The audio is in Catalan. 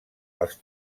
als